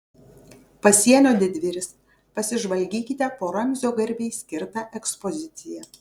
pasienio didvyris pasižvalgykite po ramzio garbei skirtą ekspoziciją